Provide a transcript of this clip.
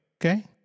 Okay